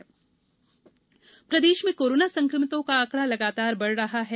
corona प्रदेश प्रदेश में कोरोना संक्रमितों का आंकड़ा लगातार बढ़ रहा है